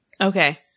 Okay